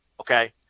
Okay